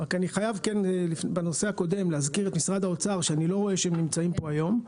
אני חייב בנושא הקודם להזכיר את משרד האוצר שאני לא רואה שנמצא פה היום,